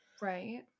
right